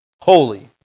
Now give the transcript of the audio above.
Holy